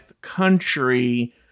country